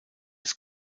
des